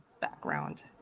background